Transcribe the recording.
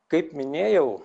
kaip minėjau